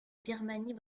birmanie